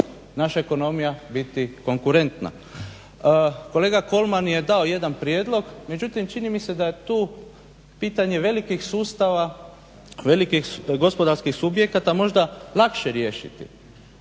naša ekonomija biti konkurentna. Kolega Kolman je dao jedan prijedlog, međutim čini mi se da je tu pitanje velikih sustava, velikih gospodarskih subjekata možda lakše riješiti.